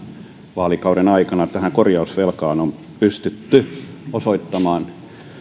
vaalikauden aikana tähän korjausvelkaan on pystytty osoittamaan